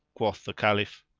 quoth the caliph,